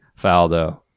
Faldo